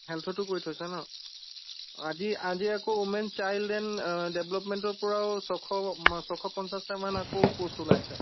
হেল্থতো কৰি থৈছা ন আজি আজি আকৌ ৱ'মেন চাইল্ড এণ্ড ডেভেলপমেণ্টৰ পৰাও ছশ ছশ পঞ্চাশটা মান আকৌ প'ষ্ট ওলাইছে